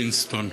וינסטון?'